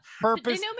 Purpose